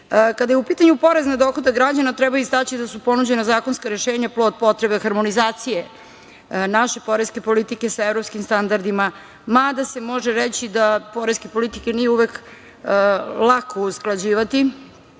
je u pitanju porez na dohodak građana treba istaći da su ponuđena zakonska rešenja plod potrebe harmonizacije naše poreske politike sa evropskim standardima, mada se može reći da poreske politike nije uvek lako usklađivati,